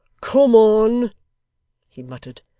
come on he muttered,